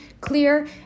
clear